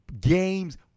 games –